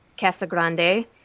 Casagrande